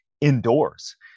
indoors